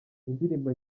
indirimbo